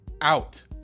out